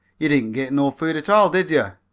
you didn't git no food at all, did yer?